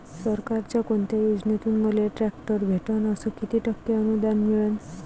सरकारच्या कोनत्या योजनेतून मले ट्रॅक्टर भेटन अस किती टक्के अनुदान मिळन?